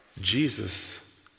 Jesus